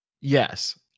Yes